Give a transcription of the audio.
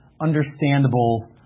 understandable